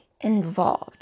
involved